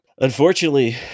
unfortunately